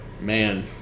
man